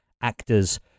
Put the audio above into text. actors